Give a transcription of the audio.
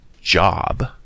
job